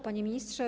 Panie Ministrze!